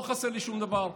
לא חסר לי שום דבר.